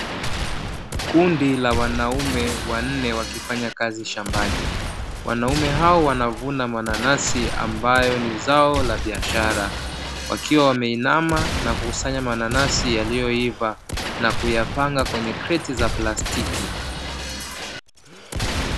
Kundi la wanaume wanne wakifanya kazi shambani. Wanaume hao wanavuna mananasi ambayo ni zao la biashara, wakiwa wameinama na kukusanya mananasi yaliyoiva na kuyapanga kwenye kreti za plastiki.